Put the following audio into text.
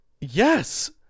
Yes